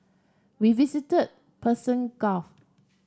we visited the Persian Gulf